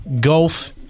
golf